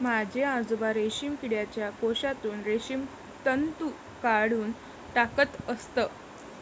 माझे आजोबा रेशीम किडीच्या कोशातून रेशीम तंतू काढून टाकत असत